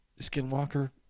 skinwalker